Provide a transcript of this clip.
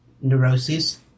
neuroses